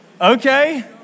okay